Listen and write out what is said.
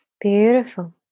Beautiful